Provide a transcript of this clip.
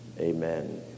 Amen